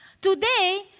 Today